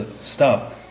stop